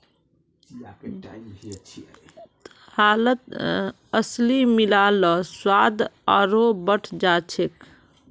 दालत अलसी मिला ल स्वाद आरोह बढ़ जा छेक